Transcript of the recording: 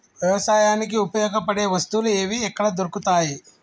వ్యవసాయానికి ఉపయోగపడే వస్తువులు ఏవి ఎక్కడ దొరుకుతాయి?